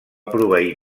proveir